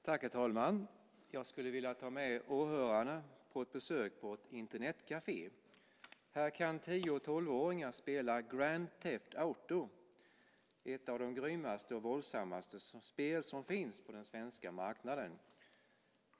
Herr talman! Jag skulle vilja ta med åhörarna på ett besök på ett Internetcafé. Här kan tio och tolvåringar spela Grand Theft Auto, ett av de grymmaste och våldsammaste spel som finns på den svenska marknaden.